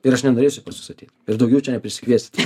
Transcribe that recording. ir aš nenorėsiu pas jus ateit ir daugiau čia neprisikviesit